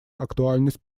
актуальность